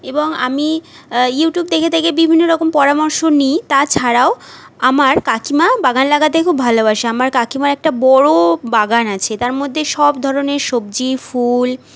এবং আমি ইউটিউব দেখে দেখে বিভিন্ন রকম পরামর্শ নিই তাছাড়াও আমার কাকিমা বাগান লাগাতে খুব ভালোবাসে আমার কাকিমার একটা বড়ো বাগান আছে তার মধ্যে সব ধরনের সবজি ফুল